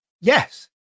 Yes